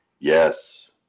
Yes